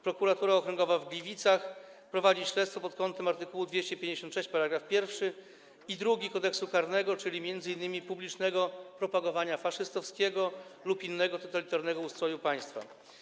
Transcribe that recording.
Prokuratura Okręgowa w Gliwicach prowadzi śledztwo pod kątem art. 256 § 1 i 2 Kodeksu karnego, czyli m.in. publicznego propagowania faszystowskiego lub innego totalitarnego ustroju państwa.